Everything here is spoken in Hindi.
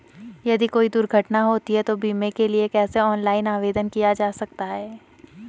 यदि कोई दुर्घटना होती है तो बीमे के लिए कैसे ऑनलाइन आवेदन किया जा सकता है?